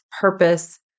purpose